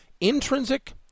Intrinsic